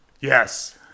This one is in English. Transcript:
Yes